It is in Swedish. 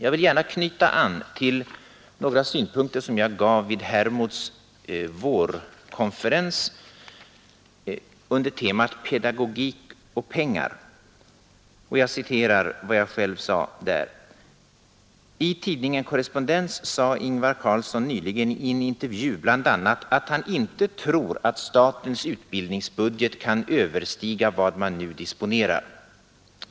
Jag vill gärna knyta an till några synpunkter som jag framförde vid Hermods vårkonferens under temat Pedagogik och pengar. Jag citerar vad jag själv sade där: ”I ——— tidningen Korrespondens sa Ingvar Carlsson nyligen i en intervju bl.a. att han inte tror att statens utbildningsbudget kan överstiga vad man nu disponerar.